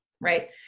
Right